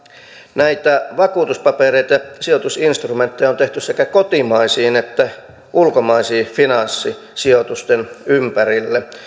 näitä vakuutuspapereita ja sijoitusinstrumentteja on tehty sekä kotimaisten että ulkomaisten finanssisijoitusten ympärille